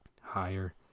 higher